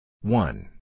one